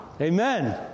Amen